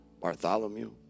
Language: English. Bartholomew